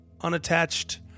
unattached